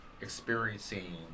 experiencing